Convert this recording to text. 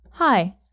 Hi